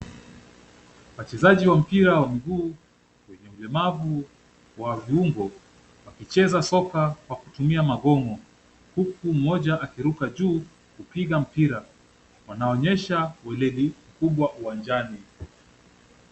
Wachezaji wa mpira wa mguu, wenye ulemavu wa viungo wakicheza soka kwa kutumia magong'o, huku mmoja akiruka juu kupiga mpira, wanaonyesha ueledi kubwa uwanjani.